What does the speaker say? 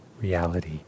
reality